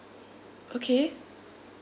okay